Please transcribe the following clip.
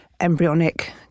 embryonic